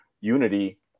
unity